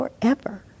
forever